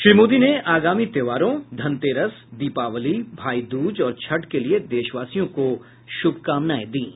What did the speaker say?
श्री मोदी ने आगामी त्यौहारों धनतेरस दीपावली भाई दूज और छठ के लिए देशवासियों को शुभकामनाएं दीं